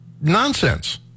nonsense